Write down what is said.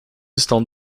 estão